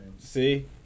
See